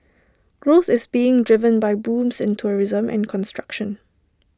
growth is being driven by booms in tourism and construction